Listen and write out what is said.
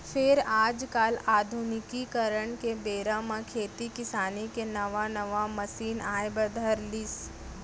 फेर आज काल आधुनिकीकरन के बेरा म खेती किसानी के नवा नवा मसीन आए बर धर लिस